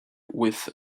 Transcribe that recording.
with